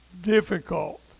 difficult